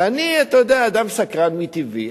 ואני, אתה יודע, אדם סקרן מטבעי.